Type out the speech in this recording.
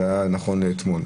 זה היה נכון לאתמול.